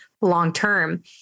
long-term